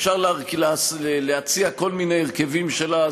אפשר להציע כל מיני הרכבים שלה,